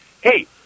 Hey